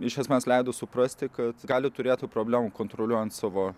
iš esmės leido suprasti kad gali turėtų problemų kontroliuojant savo